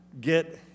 get